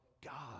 God